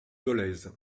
dolez